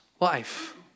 life